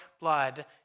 blood